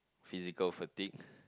physical fatigue